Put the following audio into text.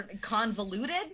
convoluted